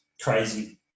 crazy